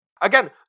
Again